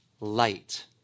light